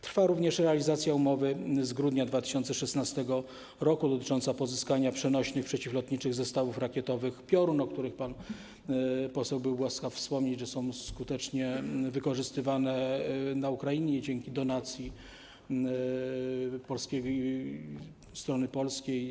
Trwa również realizacja umowy z grudnia 2016 r., dotycząca pozyskania przenośnych przeciwlotniczych zestawów rakietowych Piorun, o których pan poseł był łaskaw wspomnieć, że są skutecznie wykorzystywane na Ukrainie dzięki donacji strony polskiej.